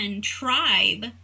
tribe